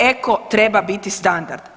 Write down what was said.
Eko treba biti standard.